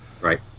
Right